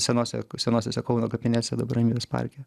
senose senosiose kauno kapinėse dabar vengrijos parke